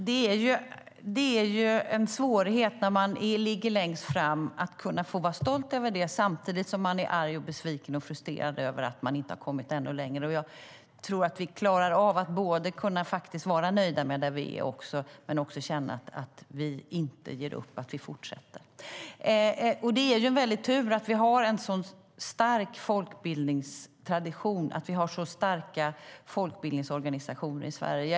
Herr talman! Det är en svårighet när man ligger längst fram att få vara stolt över det och samtidigt vara arg, besviken och frustrerad över att man inte har kommit ännu längre. Jag tror att vi klarar av att både vara nöjda med var vi är och också känna att vi inte ger upp utan fortsätter. Det är en väldig tur att vi har en sådan stark folkbildningstradition och så starka folkbildningsorganisationer i Sverige.